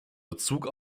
bezug